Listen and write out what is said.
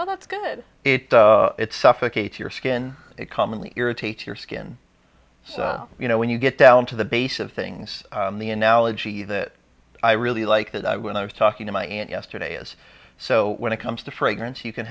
go that's good it it suffocates your skin it commonly irritates your skin so you know when you get down to the base of things the analogy that i really like that i when i was talking to my aunt yesterday is so when it comes to fragrance you can